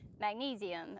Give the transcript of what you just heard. magnesium